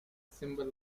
symbol